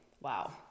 wow